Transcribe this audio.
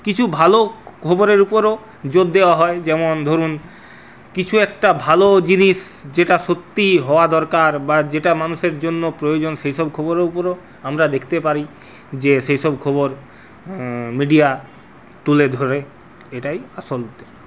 কিছু ভালো খবরের উপরেও জোর দেওয়া হয় যেমন ধরুন কিছু একটা ভালো জিনিস যেটা সত্যি হওয়া দরকার বা যেটা মানুষের জন্য প্রয়োজন সেইসব খবরগুলো আমরা দেখতে পারি যে সেসব খবর মিডিয়া তুলে ধরে এটাই আসল